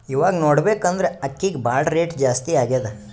ಇವಾಗ್ ನೋಡ್ಬೇಕ್ ಅಂದ್ರ ಅಕ್ಕಿಗ್ ಭಾಳ್ ರೇಟ್ ಜಾಸ್ತಿ ಆಗ್ಯಾದ